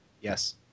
Yes